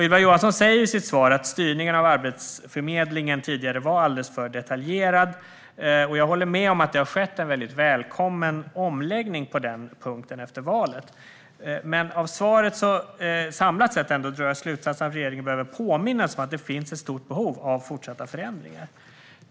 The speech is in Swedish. Ylva Johansson säger i sitt svar att styrningen av Arbetsförmedlingen tidigare var alldeles för detaljerad. Jag håller med om att det har skett en välkommen omläggning på den punkten efter valet. Men av svaret drar jag ändå slutsatsen att regeringen behöver påminnas om att det finns ett stort behov av fortsatta förändringar.